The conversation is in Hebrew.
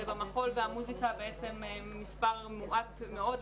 ובמחול והמוסיקה בעצם מספר מועט מאוד,